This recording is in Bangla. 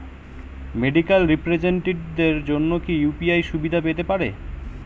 মেডিক্যাল রিপ্রেজন্টেটিভদের জন্য কি ইউ.পি.আই সুবিধা পেতে পারে?